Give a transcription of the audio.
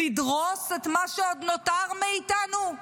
לדרוס את מה שעוד נותר מאיתנו?